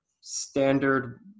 standard